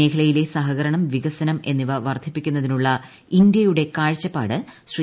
മേഖലയിലെ സഹകരണം വികസനം എന്നിവ വർദ്ധിപ്പിക്കുന്നതിനുള്ള ഇന്ത്യയുടെ കാഴ്ചപ്പാട് ശ്രീ